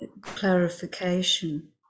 clarification